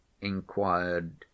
inquired